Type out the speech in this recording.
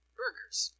burgers